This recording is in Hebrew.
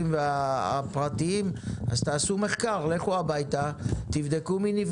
בתוך שבוע-שבועיים הם כבר